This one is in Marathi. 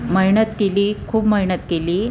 मेहनत केली खूप मेहनत केली